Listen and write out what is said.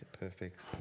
perfect